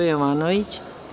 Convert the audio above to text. Jovanović.